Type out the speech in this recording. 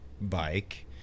bike